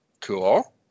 cool